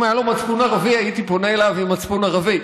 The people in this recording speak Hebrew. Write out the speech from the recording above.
אם היה לו מצפון ערבי הייתי פונה אליו עם מצפון ערבי.